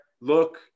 look